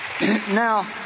Now